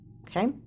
Okay